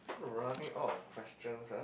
running out of questions ah